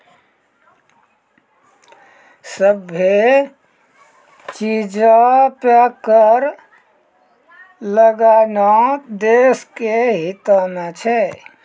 सभ्भे चीजो पे कर लगैनाय देश के हितो मे छै